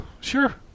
sure